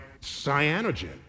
cyanogen